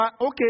Okay